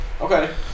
Okay